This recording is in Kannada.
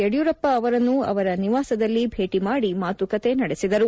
ಯುದಿಯೂರಪ್ಪ ಅವರನ್ನು ಅವರ ನಿವಾಸದಲ್ಲಿ ಭೇಟಿ ಮಾದಿ ಮಾತುಕತೆ ನಡೆಸಿದರು